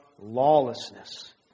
lawlessness